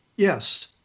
Yes